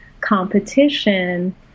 competition